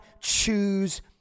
choose